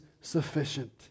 Sufficient